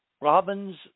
robin's